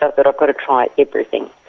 ah but got to try everything.